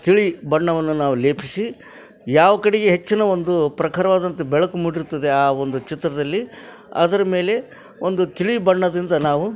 ತಿಳಿ ಬಣ್ಣವನ್ನು ನಾವು ಲೇಪಿಸಿ ಯಾವ ಕಡೆಗೆ ಹೆಚ್ಚಿನ ಒಂದು ಪ್ರಖರ್ವಾದಂಥ ಬೆಳಕು ಮೂಡಿರ್ತದೆ ಆ ಒಂದು ಚಿತ್ರದಲ್ಲಿ ಅದ್ರ ಮೇಲೆ ಒಂದು ತಿಳಿ ಬಣ್ಣದಿಂದ ನಾವು